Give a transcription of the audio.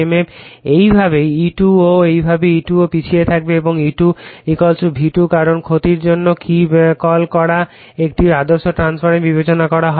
একইভাবে E2ও একইভাবে হবে E2 ও পিছিয়ে থাকবে এবং E2 V2 কারণ ক্ষতির জন্য কি কল করা একটি আদর্শ ট্রান্সফরমার বিবেচনা করা হয়